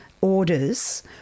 orders